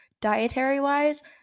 dietary-wise